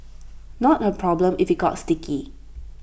not her problem if IT got sticky